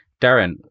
Darren